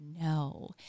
No